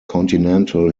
continental